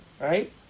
right